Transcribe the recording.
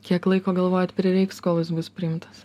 kiek laiko galvojat prireiks kol jis bus priimtas